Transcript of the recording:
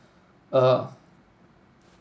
a